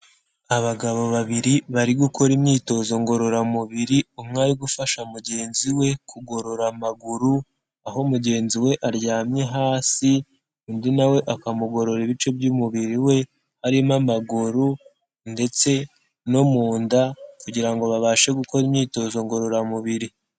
Abagabo babiri bari gukora imyitozo ngororamubiri, umwe ari gufasha mugenzi we kugorora amaguru, aho mugenzi we aryamye hasi, undi na we akamugororera ibice by'umubiri we, harimo amaguru ndetse no mu nda kugira ngo babashe gukora imyitozo ngororamubiri.